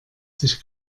sich